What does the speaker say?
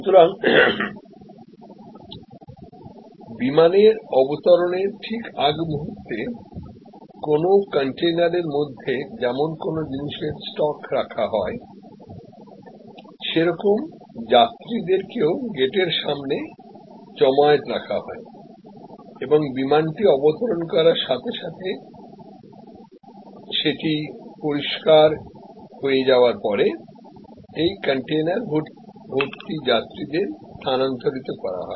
সুতরাং বিমানের অবতরণের ঠিক আগ মুহূর্তে কোন কন্টেইনারের মধ্যে যেমন কোন জিনিসের স্টক রাখা হয় সেরকম যাত্রীদের কেও গেটের সামনে জমায়েত করে রাখা হয় এবং বিমানটি অবতরণ করার সাথে সাথে সেটি পরিষ্কার হয়ে যাওয়ার পরে এই কনটেইনার ভর্তি যাত্রীদের স্থানান্তরিত করা হয়